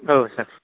औ सार